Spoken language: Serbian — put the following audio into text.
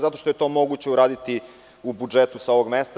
Zato što je to moguće uraditi u budžetu sa ovog mesta.